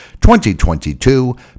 2022